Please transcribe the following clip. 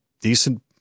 decent